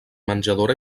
menjadora